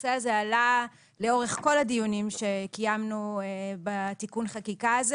הנושא הזה עלה לאורך כל הדיונים שקיימנו בתיקון החקיקה הזה